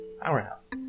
powerhouse